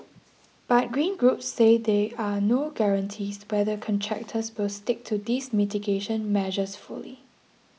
but green groups say there are no guarantees whether contractors will stick to these mitigation measures fully